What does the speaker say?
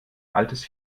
altes